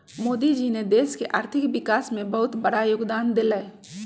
मोदी जी ने देश के आर्थिक विकास में बहुत बड़ा योगदान देलय